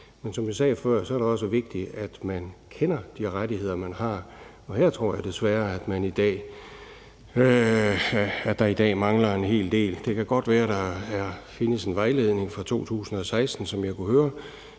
Men som jeg sagde før, er det også vigtigt, at man kender de rettigheder, man har, og her tror jeg desværre, at der i dag mangler en hel del. Det kan godt være, at der, som jeg kunne høre,